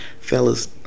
Fellas